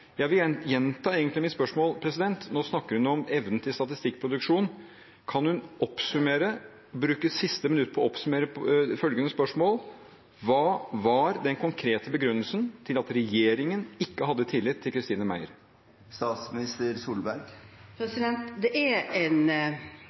Jeg vil egentlig gjenta mitt spørsmål når hun snakker om evnen til statistikkproduksjon: Kan hun oppsummere, bruke et siste minutt på å svare på følgende spørsmål: Hva var den konkrete begrunnelsen for at regjeringen ikke hadde tillit til